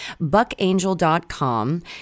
buckangel.com